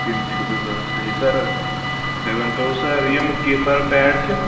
تِم تہِ چھِو تۄہہِ ضوٚرَتھ صحیح سَر بیٚیہِ ؤنۍ تو سَر یِم کیٖپَر پیڑ چھِ